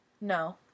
No